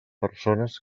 persones